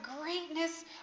greatness